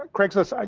ah craigslist, ah